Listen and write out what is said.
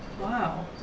Wow